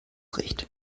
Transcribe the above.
recht